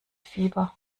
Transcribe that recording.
fieber